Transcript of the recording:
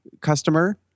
customer